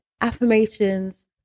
affirmations